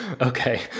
okay